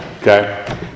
okay